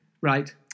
Right